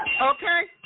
Okay